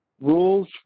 rules